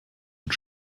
und